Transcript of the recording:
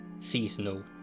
seasonal